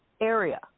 area